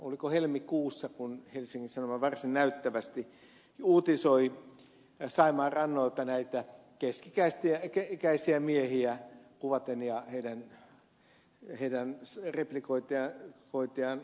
oliko helmikuussa kun helsingin sanomat varsin näyttävästi uutisoi saimaan rannoilta näitä keski ikäisiä miehiä kuvaten ja heidän replikointiaan siteeraten